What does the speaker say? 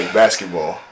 basketball